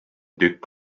tükk